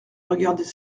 regarder